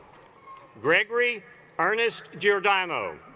gregory ernest giordano